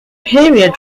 period